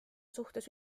suhtes